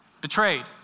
Betrayed